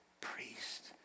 priest